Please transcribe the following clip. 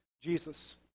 Jesus